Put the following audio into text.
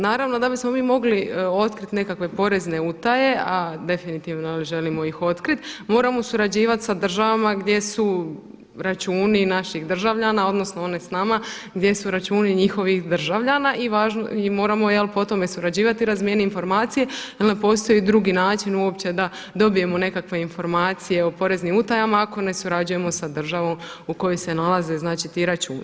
Naravno da bismo mi mogli otkriti nekakve porezne utaje a definitivno želimo ih otkriti moramo surađivati sa državama gdje su računi naših državljana odnosno oni s nama gdje su računi njihovih državljana i moramo po tome surađivati i razmijeniti informacije jer ne postoji drugi način uopće da dobijemo nekakve informacije o poreznim utajama ako ne surađujemo sa državom u kojoj se nalaze znači ti računi.